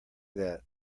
that